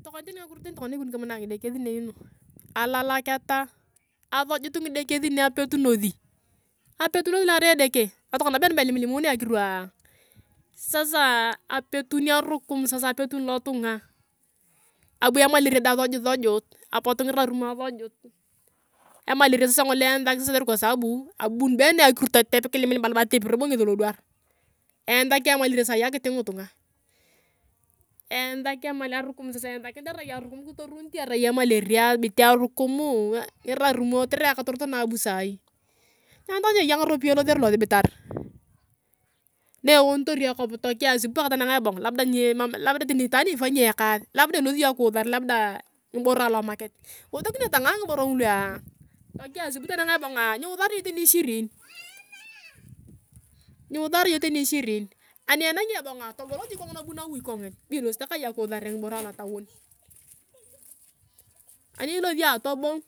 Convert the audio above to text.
tokona tani ngakiro na ikote na angidekosinei, nu alakaketa asojut ngideresinei apetunosi apetunosi loa arai endeke natoko been be ilimlimunea akirua, sasaa apetun arukum sasa apetun lo tunga. Aba emaleria deng asojusojuut, apot ngirarume asojut, emaleria ngolo sasa eansak sasa kwa sabu mburii been akira totep kilimlimak alap atepi robo ngesi lodwar, eyansak emaleria sai akiting naitunga, eyansak arukum iensakini evai arukum kitorunte orai emaleria esibit arukumuu, ngirarumuo kotere akatorot na abu sai. Nyanu tokona nieye ngaropiyae na elosera losibitar. Na ewonitor akop kwa ansia asubui paka tananga ebonga labda alasi iyong akiusare labda ngiboro alomarket iwesekini iyong tani ishirini, ngiusara iyong tani ishirini. Ani enangi ebongoa togol jik kongina bu nawi kongina, be ilosit takae iyong akiusare ngiboro alotaure. Ani ilosia toboung.